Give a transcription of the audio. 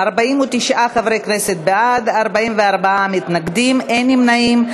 49 חברי כנסת בעד, 44 מתנגדים, אין נמנעים.